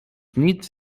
nic